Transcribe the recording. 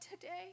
today